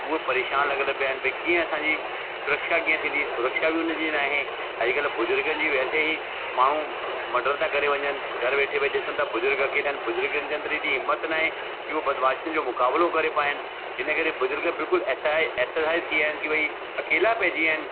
उहा परेशानु लॻियल पिया आहिनि भई कीअं असांजी सुरक्षा कीअं थींदी सुरक्षा बि हुनजी नाहे अॼुकल्ह बुज़ुर्गनि जी वैसे ई माण्हू मर्डर था करे वञनि घर वेठे भई ॾिसूं था बुज़ुर्गु अकेला आहिनि बुजुर्गनि जे अंदरि हेॾी हिम्मत नाहे कि हुआ बदमाशियुनि जो मुक़ाबिलो करे पाइनि इनकरे बुज़ुर्गु बिल्कुलु असहाय अससहाय थी विया आहिनि कि भई अकेला पंहिंजी विया आहिनि